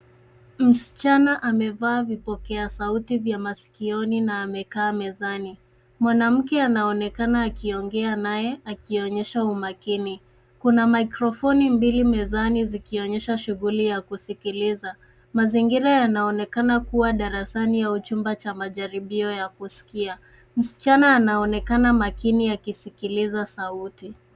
Msichana amevaa vipokea sauti vya masikioni na amekaa mezani. Mwanamke anaonekana akiongea naye, akionyesha umakini. Kuna mikrofoni mbili mezani, zikionyesha shughuli ya kusikiliza. Mazingira yanaonekana kuwa darasani au chumba cha majaribio ya kusikia. Msichana anaonekana makini akisikiliza sauti.